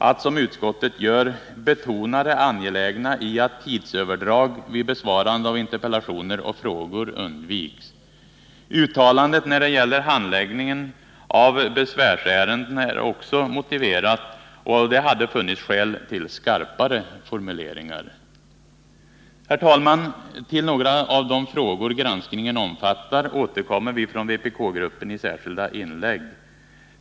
7 maj 1980 Det är också befogat att, som utskottet gör, betona det angelägna i att Uttalandet när det gäller handläggningen av besvärsärenden är också motiverat, och det hade funnits skäl till skarpare formuleringar. Herr talman! Vi från vpk-gruppen återkommer till några av de frågor granskningen omfattar.